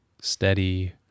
steady